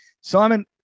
Simon